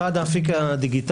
הראשון הוא האפיק הדיגיטלי.